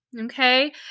Okay